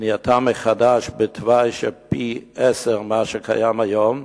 בנייתה מחדש בתוואי שיעלה פי-עשרה ממה שקיים היום,